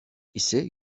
ise